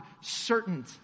certain